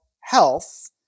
health